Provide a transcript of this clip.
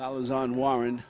i was on warren